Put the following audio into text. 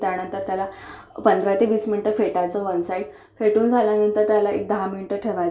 त्यानंतर त्याला पंधरा ते वीस मिनिटं फेटायचं वन साईड फेटून झाल्यानंतर त्याला दहा मिनिटं ठेवायचं